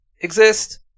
exist